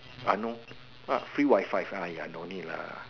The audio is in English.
I know ah free Wi-Fi !aiya! no need lah